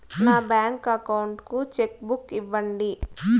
నా bank account కు cheque book ఇవ్వండి